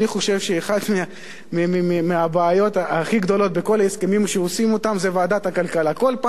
אני חושב שאחת מהבעיות הכי גדולות בכל ההסכמים שעושים זה ועדת הכלכלה,